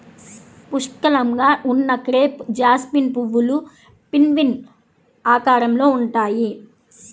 పుష్కలంగా ఉన్న crape jasmine పువ్వులు పిన్వీల్ ఆకారంలో ఉంటాయి